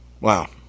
Wow